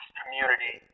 community